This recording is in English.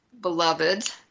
beloved